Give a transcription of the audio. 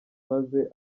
maze